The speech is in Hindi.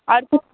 और कुछ